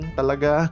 talaga